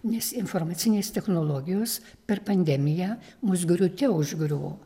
nes informacinės technologijos per pandemiją mus griūte užgriuvo